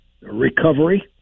recovery